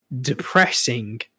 depressing